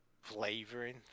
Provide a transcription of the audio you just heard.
flavoring